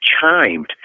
chimed